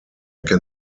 can